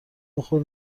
بخور